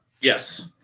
Yes